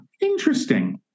Interesting